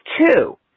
two